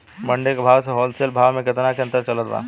मंडी के भाव से होलसेल भाव मे केतना के अंतर चलत बा?